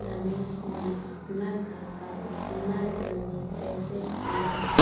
रमेश ने अपना खाता इतना जल्दी कैसे खोला?